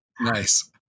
Nice